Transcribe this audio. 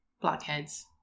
blackheads